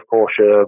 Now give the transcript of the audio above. Porsche